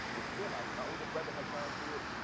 it's real out here. my older brother had gone through it.